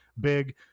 big